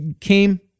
came